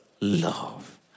love